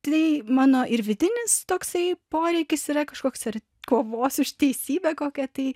tai mano ir vidinis toksai poreikis yra kažkoks ar kovos už teisybę kokia tai